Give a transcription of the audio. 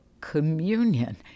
Communion